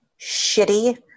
shitty